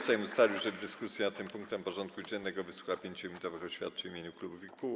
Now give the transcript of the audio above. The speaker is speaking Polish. Sejm ustalił, że w dyskusji nad tym punktem porządku dziennego wysłucha 5-minutowych oświadczeń w imieniu klubów i kół.